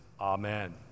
Amen